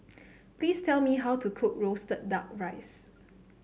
please tell me how to cook roasted duck rice